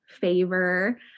favor